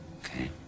Okay